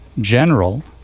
general